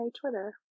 Twitter